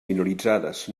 minoritzades